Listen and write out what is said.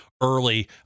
early